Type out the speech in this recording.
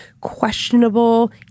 questionable